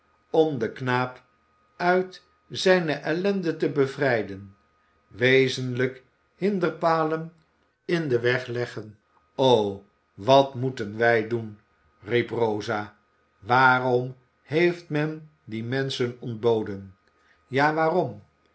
om den knaap uit zijne ellende te bevrijden wezenlijk hinderpalen in den weg leggen o wat moeten wij doen riep rosa waarom heeft men die menschen ontboden ja waarom